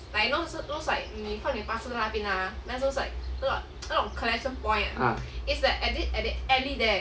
ah